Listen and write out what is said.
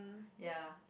ya